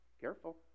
Careful